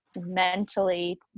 mentally